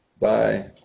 bye